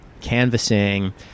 canvassing